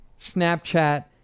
Snapchat